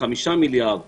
כ-5 מיליארד ש"ח.